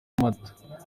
amata